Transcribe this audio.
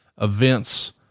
events